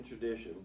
tradition